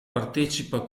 partecipa